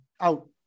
Out